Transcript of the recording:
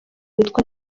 witwa